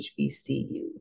HBCU